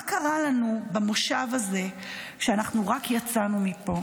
מה קרה לנו במושב הזה כשאנחנו רק יצאנו מפה?